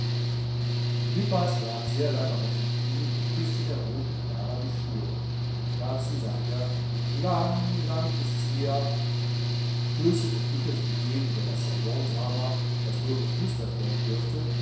wippert lag sehr lange auf den knieen und küßte der roten clara die schuhe dazu sang er lang lang ists her stössel entwickelte ideen über das salondrama das nur geflüstert werden dürfte